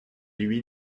lui